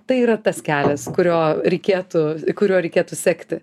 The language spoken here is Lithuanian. tai yra tas kelias kurio reikėtų kuriuo reikėtų sekti